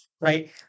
right